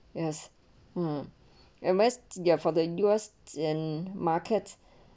yes uh M_S there for the U_S um markets